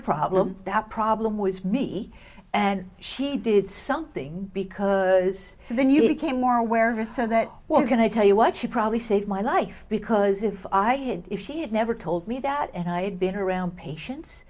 a problem that problem was me and she did something because so then you became more aware of it so that we're going to tell you what she probably saved my life because if i had if she had never told me that and i had been around patien